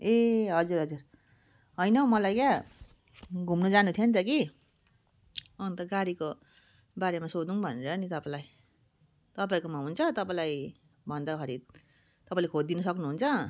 ए हजुर हजुर होइन हौ मलाई क्या घुम्नु जानु थियो नि त कि अन्त गाडीको बारेमा सोधौँ भनेर नि तपाईँलाई तपाईँकोमा हुन्छ तपाईँलाई भन्दाखरि तपाईँले खोजिदिनु सक्नुहुन्छ